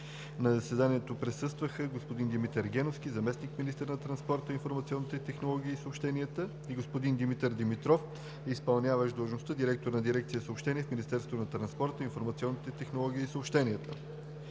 На заседанието присъстваха: господин Димитър Геновски – заместник-министър на транспорта, информационните технологии и съобщенията, и господин Димитър Димитров – изпълняващ длъжността „директор“ на дирекция „Съобщения“ в Министерството на транспорта, информационните технологии и съобщенията.